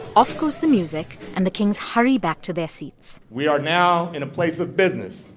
off goes the music, and the kings hurry back to their seats we are now in a place of business.